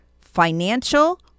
financial